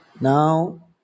now